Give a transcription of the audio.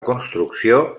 construcció